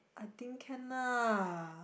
I think can ah